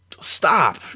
Stop